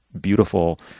beautiful